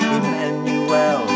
Emmanuel